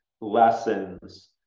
lessons